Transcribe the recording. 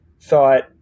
thought